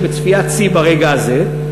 שהוא בצפיית שיא ברגע הזה,